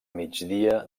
migdia